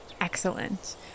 excellent